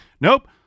nope